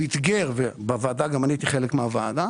הוא אתגר וגם אני הייתי חלק מהוועדה